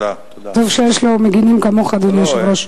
טוב שיש לו מגינים כמוך, אדוני היושב-ראש.